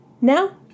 Now